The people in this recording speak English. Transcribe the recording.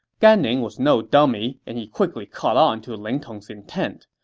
gan ning was no dummy, and he quickly caught on to ling tong's intent.